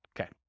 Okay